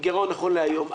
הגרעון נכון להיום.